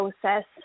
process